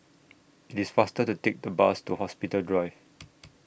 IT IS faster to Take The Bus to Hospital Drive